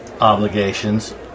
obligations